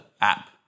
app